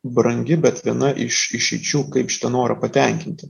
brangi bet viena iš išeičių kaip šitą norą patenkinti